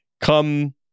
come